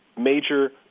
major